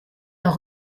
leur